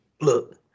look